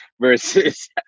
versus